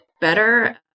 better